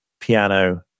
piano